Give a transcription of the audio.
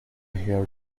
her